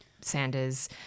Sanders